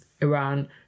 Iran